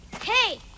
Hey